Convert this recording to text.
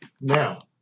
Now